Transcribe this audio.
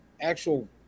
actual